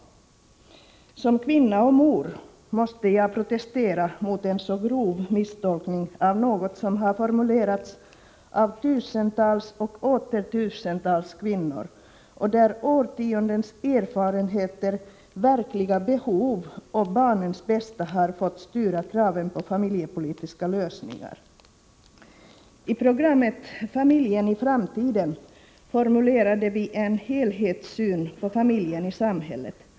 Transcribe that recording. Såsom kvinna och mor måste jag protestera mot en så grov misstolkning av något som har formulerats av tusentals och åter tusentals kvinnor och där årtiondens erfarenheter, verkliga behov och barnens bästa har fått styra kraven på familjepolitiska lösningar. I programmet ”Familjen i framtiden” formulerade vi en helhetssyn på familjen i samhället.